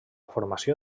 formació